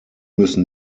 müssen